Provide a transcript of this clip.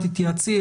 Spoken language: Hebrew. תתייעצי,